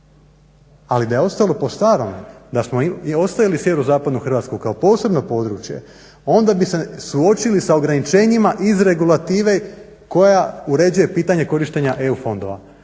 Ali da je ostalo po starom da smo ostavili sjeverozapadnu Hrvatsku kao posebno područje onda bi se suočili sa ograničenjima iz regulative koja uređuje pitanje korištenja EU fondova